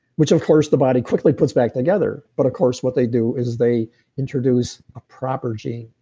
which of course the body quickly puts back together but of course what they do is they introduce a proper gene.